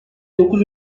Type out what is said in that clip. dokuz